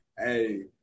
Hey